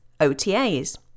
OTAs